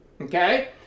Okay